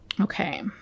Okay